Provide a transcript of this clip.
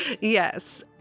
Yes